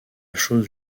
chose